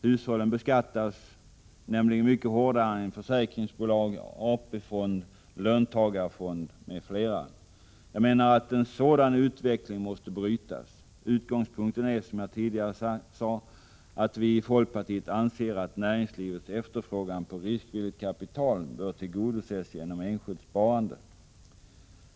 Hushållen beskattas nämligen mycket hårdare än försäkringsbolag, AP-fonder, löntagarfonder m.fl. Jag menar att en sådan utveckling måste brytas. Utgångspunkten är, som jag tidigare sade, att vi i folkpartiet anser att näringslivets efterfrågan på riskvilligt kapital bör tillgodoses genom enskilt sparande.